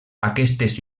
aquestes